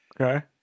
Okay